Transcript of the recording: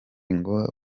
ngo